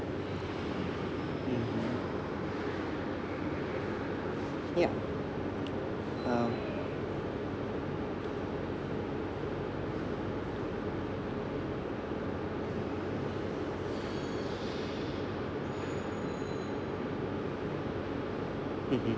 mm ya um mmhmm